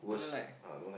you don't like